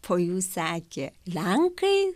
po jų sekė lenkai